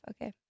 Okay